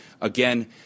again